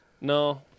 No